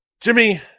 Jimmy